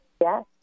Yes